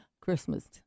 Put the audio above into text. Christmas